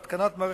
בהתקנת מערכת,